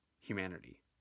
humanity